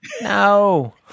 No